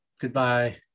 Goodbye